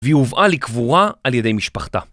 ‫והיא הובאה לקבורה על ידי משפחתה.